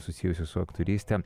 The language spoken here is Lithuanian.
susijusių su aktoryste